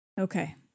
Okay